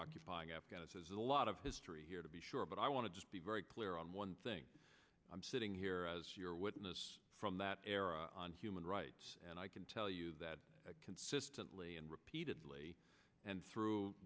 occupying afghanistan a lot of history here to be sure but i want to just be very clear on one thing i'm sitting here from that era on human rights and i can tell you that consistently and repeatedly and through